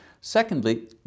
Secondly